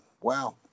Wow